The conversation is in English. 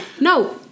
no